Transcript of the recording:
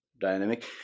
dynamic